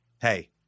Hey